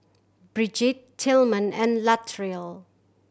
Brigitte Tilman and Latrell